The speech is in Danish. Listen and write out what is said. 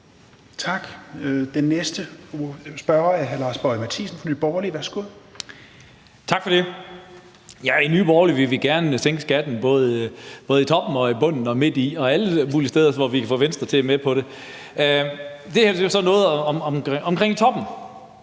i Nye Borgerlige vil vi gerne sænke skatten, både i toppen og i bunden og midti og alle mulige steder, hvor vi kan få Venstre med på det. Det her forslag handler